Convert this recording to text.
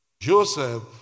Joseph